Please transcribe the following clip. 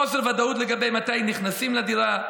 חוסר ודאות לגבי מתי הם נכנסים לדירה,